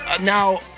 Now